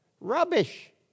Rubbish